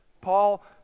Paul